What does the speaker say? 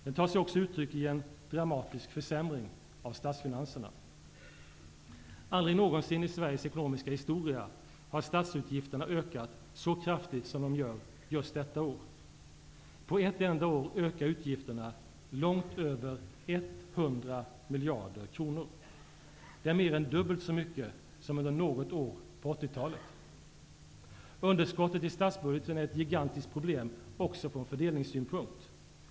Den tar sig också uttryck i en dramatisk försämring av statsfinanserna. Aldrig någonsin i Sveriges ekonomiska historia har statsutgifterna ökat så kraftigt som de gör just detta år. På ett enda år ökar utgifterna långt över 100 miljarder kronor. Det är mer än dubbelt så mycket som under något år på 80-talet. Underskottet i statsbudgeten är ett gigantiskt problem också från fördelningssynpunkt.